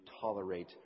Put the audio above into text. tolerate